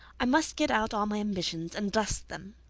i must get out all my ambitions and dust them.